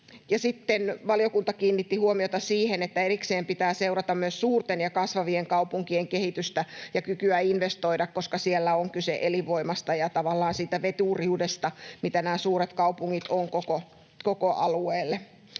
Sitten valiokunta kiinnitti huomiota siihen, että erikseen pitää seurata myös suurten ja kasvavien kaupunkien kehitystä ja kykyä investoida, koska siellä on kyse elinvoimasta ja tavallaan siitä veturiudesta, mitä nämä suuret kaupungit ovat koko alueelle.